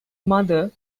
mother